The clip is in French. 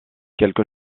quelque